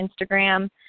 Instagram